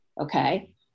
okay